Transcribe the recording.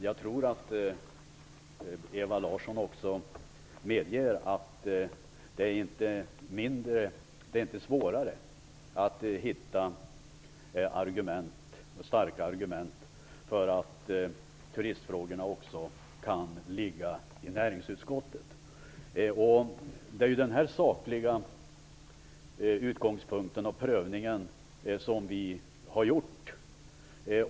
Jag tror dock att också Ewa Larsson medger att det inte är svårare att hitta starka argument för att även turistfrågorna kan ligga i näringsutskottet. Den sakliga utgångspunkten har det varit fråga om och den prövningen har vi gjort.